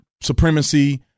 supremacy